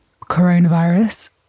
coronavirus